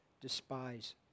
despise